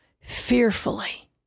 fearfully